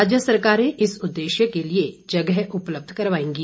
राज्य सरकारें इस उद्देश्य के लिए जगह उपलब्ध कराएंगी